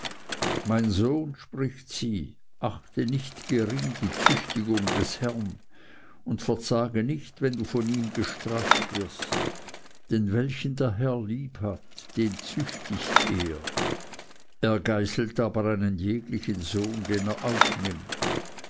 mein sohn spricht sie achte nicht gering die züchtigung des herrn und verzage nicht wenn du von ihm gestraft wirst denn welchen der herr lieb hat den züchtigt er er geißelt aber einen jeglichen sohn den er aufnimmt